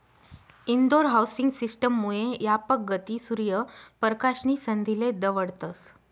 Indore housing system मुये यापक गती, सूर्य परकाश नी संधीले दवडतस